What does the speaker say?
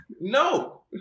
No